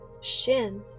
shin